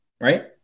right